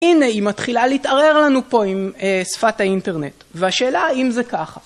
הנה היא מתחילה להתערער לנו פה עם שפת האינטרנט, והשאלה האם זה ככה.